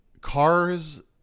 Cars